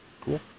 Cool